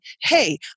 Hey